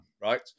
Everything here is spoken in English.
right